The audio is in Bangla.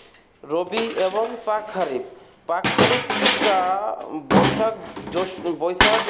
রবি এবং পাক খারিফ পাক খারিফটা বৈশাখ জ্যৈষ্ঠ বৈশাখ